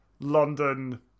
London